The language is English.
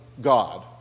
God